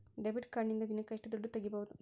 Debit ಕಾರ್ಡಿನಿಂದ ದಿನಕ್ಕ ಎಷ್ಟು ದುಡ್ಡು ತಗಿಬಹುದು?